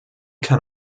kann